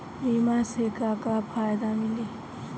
बीमा से का का फायदा मिली?